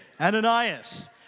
Ananias